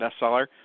bestseller